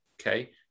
okay